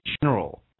general